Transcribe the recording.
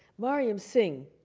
mariam, sing.